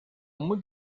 muy